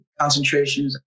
concentrations